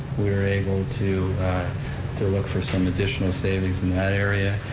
we were able to to look for some additional savings in that area,